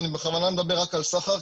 ובכוונה אני מדבר רק על סחר,